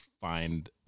find